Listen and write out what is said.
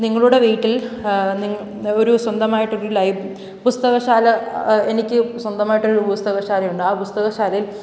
നിങ്ങളുടെ വീട്ടിൽ ഒരു സ്വന്തമായിട്ട് ഒരു പുസ്തകശാല എനിക്ക് സ്വന്തമായിട്ടൊരു പുസ്തകശാലയുണ്ട് ആ പുസ്തകശാലയിൽ